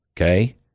okay